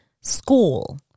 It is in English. school